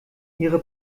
ihre